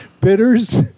bitters